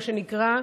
מה שנקרא,